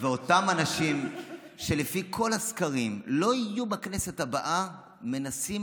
ואותם אנשים שלפי כל הסקרים לא יהיו בכנסת הבאה מנסים